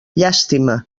llàstima